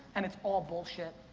and it's all bullshit.